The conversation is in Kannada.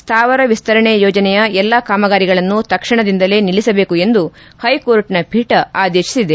ಸ್ಥಾವರ ವಿಸ್ತರಣೆ ಯೋಜನೆಯ ಎಲ್ಲ ಕಾಮಗಾರಿಗಳನ್ನು ತಕ್ಷಣದಿಂದಲೇ ನಿಲ್ಲಿಸಬೇಕು ಎಂದು ಹೈಕೋರ್ಟ್ನ ಪೀಠ ಆದೇಶಿಸಿದೆ